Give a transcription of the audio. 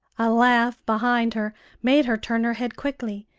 a laugh behind her made her turn her head quickly,